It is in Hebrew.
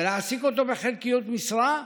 להעסיק אותו במשרה חלקית,